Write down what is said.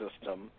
system